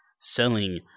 selling